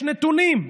יש נתונים.